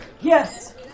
Yes